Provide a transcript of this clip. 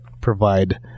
provide